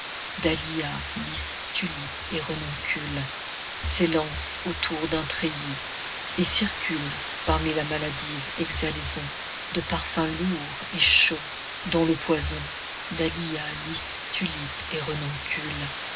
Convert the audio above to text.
dahlia lys tulipe et renoncule-s'élance autour d'un treillis et circule parmi la maladive exhalaison de parfums lourds et chauds dont le poison dahlia lys tulipe et renoncule-noyant